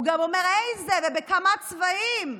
הוא גם אומר איזה ובכמה צבעים,